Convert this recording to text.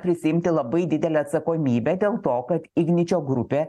prisiimti labai didelę atsakomybę dėl to kad igničio grupė